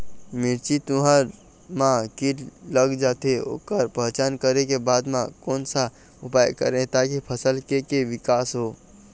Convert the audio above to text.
मिर्ची, तुंहर मा कीट लग जाथे ओकर पहचान करें के बाद मा कोन सा उपाय करें ताकि फसल के के विकास हो?